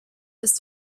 ist